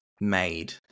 made